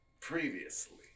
previously